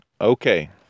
Okay